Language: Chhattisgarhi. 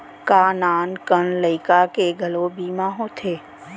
का नान कन लइका के घलो बीमा होथे?